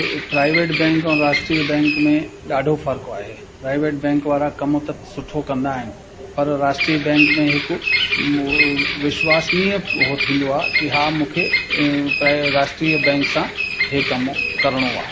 private bank ऐं राष्ट्रीय bank में ॾाढो फर्क़ु आहे प्राइवेट बैंक वारा कम त सुठो कंदा आहिनि पर राष्ट्रीय बैंक में हिकु विश्वासनीय उहो थींदो आहे की हा मूंखे राष्ट्रीय बैंक सां इहो कमु करिणो आहे